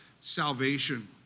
salvation